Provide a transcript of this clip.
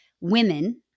women